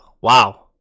wow